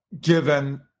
given